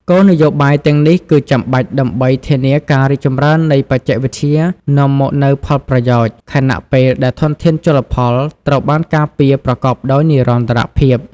គោលនយោបាយទាំងនេះគឺចាំបាច់ដើម្បីធានាថាការរីកចម្រើននៃបច្ចេកវិទ្យានាំមកនូវផលប្រយោជន៍ ខណៈពេលដែលធនធានជលផលត្រូវបានការពារប្រកបដោយនិរន្តរភាព។